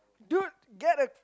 dude get a